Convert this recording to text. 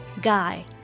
guy